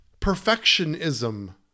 Perfectionism